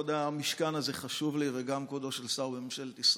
כבוד המשכן הזה חשוב לי וגם כבודו של שר בממשלת ישראל.